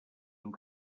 uns